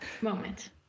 moment